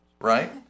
right